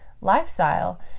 lifestyle